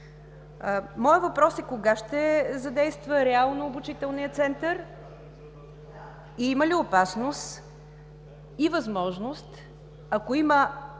Моят въпрос е: кога ще задейства реално обучителният център и има ли опасност и възможност, ако има